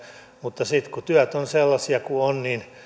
mutta sitten kun työt ovat sellaisia kuin ovat niin